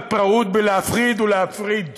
בפראות, בלהפחיד ולהפריד.